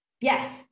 Yes